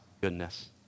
goodness